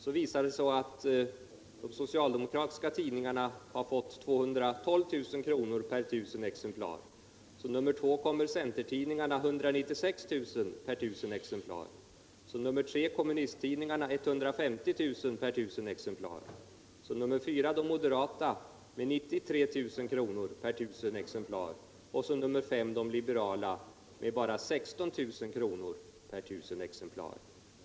Det visar sig då att de socialdemokratiska tidningarna har fått 212 000 kr. per 1000 ex. Som nr 2 kommer centertidningarna med 196 000 kr. per 1000 ex. Som nr 3 kommer kommunisttidningarna med 150 000 kr. per 1000 ex. Som nr4 kommer de moderata tidningarna med 93 000 kr. per 1000 ex. och som nr 5 de liberala tidningarna med bara 16 000 kr. per 1000 ex.